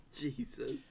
Jesus